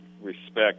respect